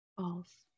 False